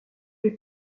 les